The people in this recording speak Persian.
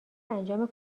انجام